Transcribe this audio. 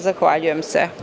Zahvaljujem se.